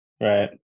Right